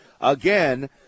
again